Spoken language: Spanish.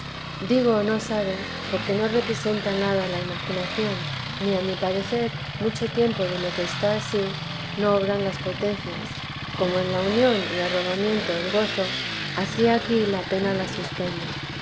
digo no sabe porque no representa nada la imaginación ni a mi parecer mucho tiempo de lo que está ansí no obran las potencias como en la unión y arrobamiento el gozo ansí aquí la pena las suspende